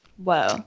Whoa